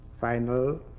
Final